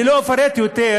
לא אפרט יותר,